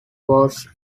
was